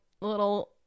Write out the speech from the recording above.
little